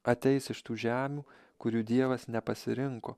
ateis iš tų žemių kurių dievas nepasirinko